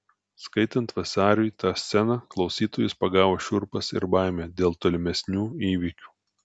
skaitant vasariui tą sceną klausytojus pagavo šiurpas ir baimė dėl tolimesnių įvykių